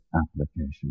application